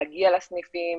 להגיע לסניפים,